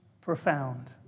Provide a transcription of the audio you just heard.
profound